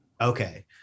Okay